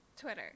Twitter